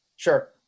Sure